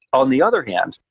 on the other hand,